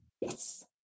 Yes